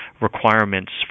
requirements